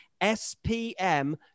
SPM